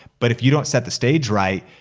but if you don't set the stage right,